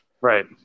Right